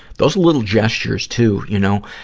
those little gestures, too, you know,